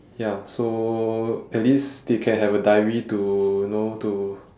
ya so at least they can have a diary to you know to